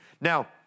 Now